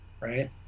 right